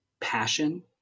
passion